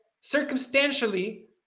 circumstantially